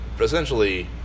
essentially